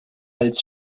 als